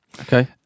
Okay